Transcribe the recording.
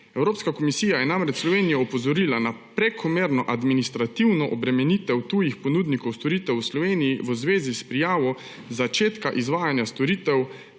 Evropska komisija je namreč Slovenijo opozorila na prekomerno administrativno obremenitev tujih ponudnikov storitev v Sloveniji v zvezi s prijavo začetka izvajanja storitev,